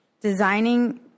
designing